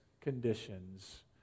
conditions